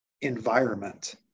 environment